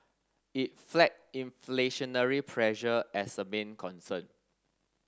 it flagged inflationary pressure as a main concern